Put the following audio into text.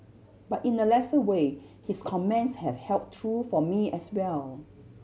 but in a lesser way his comments have held true for me as well